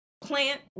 plant